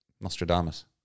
Nostradamus